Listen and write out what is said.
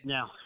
Now